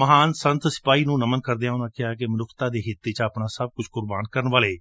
ਮਹਾਨ ਸੰਤ ਸਿਪਾਹੀ ਨੂੰ ਨਮਨ ਕਰਦਿਆਂ ਉਨੂਾਂ ਕਿਹਾ ਕਿ ਮਨੁੱਖਤਾ ਦੇ ਹਿੱਤ ਵਿਚ ਆਪਣਾ ਸਭ ਕੁਝ ਕੁਰਬਾਨ ਕਰਨ ਵਾਲੇ